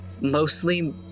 mostly